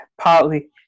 partly